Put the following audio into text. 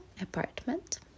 apartment